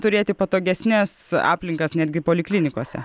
turėti patogesnes aplinkas netgi poliklinikose